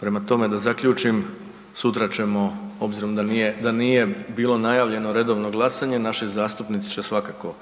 Prema tome da zaključim, sutra ćemo obzirom da nije bilo najavljeno redovno glasanje, naši zastupnici će svakako